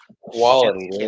Quality